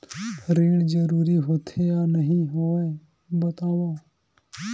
ऋण जरूरी होथे या नहीं होवाए बतावव?